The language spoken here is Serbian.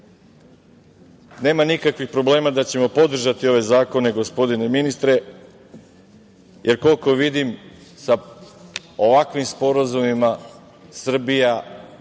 nikakvih problema da ćemo podržati ove zakone, gospodine ministre, jer koliko vidim da ovakvim sporazumima Srbija